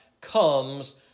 comes